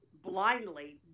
blindly